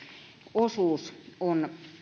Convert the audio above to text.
osuus on